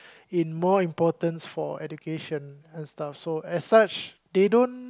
in more importance for education and stuff as such they don't